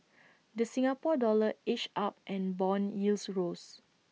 the Singapore dollar edged up and Bond yields rose